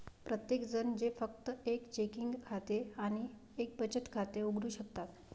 प्रत्येकजण जे फक्त एक चेकिंग खाते आणि एक बचत खाते उघडू शकतात